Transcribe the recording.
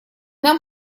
нам